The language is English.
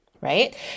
Right